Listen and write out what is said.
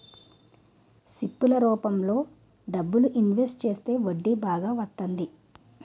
SIP ల రూపంలో డబ్బులు ఇన్వెస్ట్ చేస్తే వడ్డీ బాగా వత్తంది